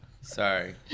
Sorry